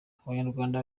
abanyarwanda